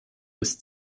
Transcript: bis